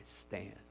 stand